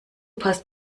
passt